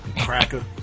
cracker